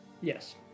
yes